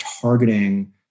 targeting